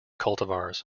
cultivars